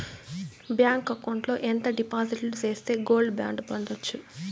Bank account లో ఎంత డిపాజిట్లు సేస్తే గోల్డ్ బాండు పొందొచ్చు?